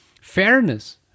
fairness